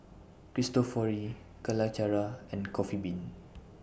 Cristofori Calacara and Coffee Bean